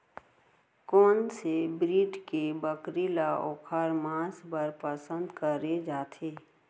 कोन से ब्रीड के बकरी ला ओखर माँस बर पसंद करे जाथे?